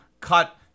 cut